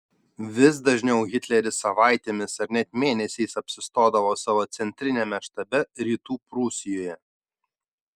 vis dažniau hitleris savaitėmis ar net mėnesiais apsistodavo savo centriniame štabe rytų prūsijoje